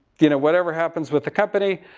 you know, whatever happens with the company.